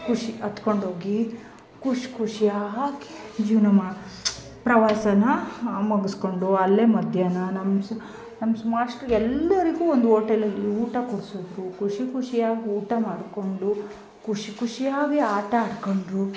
ಖುಷಿ ಹತ್ಕೊಂಡ್ ಹೋಗಿ ಖುಷ್ ಖುಷಿಯಾಗ್ ಜೀವನ ಮಾಡಿ ನಮ್ಮ ಪ್ರವಾಸ ಮುಗಿಸ್ಕೊಂಡು ಅಲ್ಲೇ ಮಧ್ಯಾಹ್ನ ನಮ್ಮ ಸಹ ನಮ್ಮ ಸ್ಮಾರ್ಸ್ಟ್ರ್ ಎಲ್ಲರಿಗು ಒಂದು ಹೋಟೆಲಲ್ಲಿ ಊಟ ಕೊಡಿಸಿದ್ರು ಖುಷಿ ಖುಷಿಯಾಗ್ ಊಟ ಮಾಡಿಕೊಂಡು ಖುಷಿ ಖುಷಿಯಾಗಿ ಆಟ ಆಡ್ಕೊಂಡು